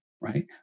right